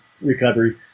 recovery